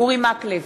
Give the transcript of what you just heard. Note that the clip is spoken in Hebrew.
אורי מקלב,